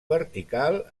vertical